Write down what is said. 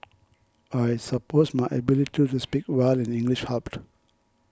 I suppose my ability to speak well in English helped